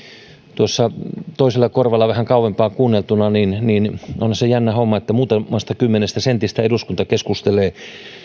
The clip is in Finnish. tuossa toisella korvalla vähän kauempaa kuunneltuna onhan se jännä homma että muutamasta kymmenestä sentistä eduskunta keskustelee